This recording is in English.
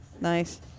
Nice